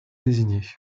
désigner